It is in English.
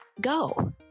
go